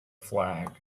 flag